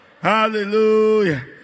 Hallelujah